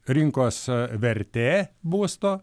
rinkos vertė būsto